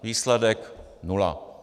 Výsledek: nula.